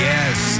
Yes